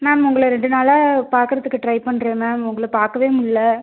ma'am உங்களை ரெண்டு நாளாக பார்க்கறதுக்கு ட்ரை பண்ணுறேன் மேம் உங்களை பார்க்கவே முடியல்ல